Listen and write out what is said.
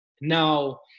Now